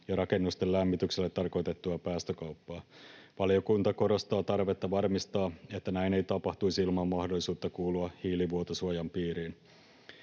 ja rakennusten lämmitykselle tarkoitettua päästökauppaa. Valiokunta korostaa tarvetta varmistaa, että näin ei tapahtuisi ilman mahdollisuutta kuulua hiilivuotosuojan piiriin.